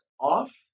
off